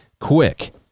quick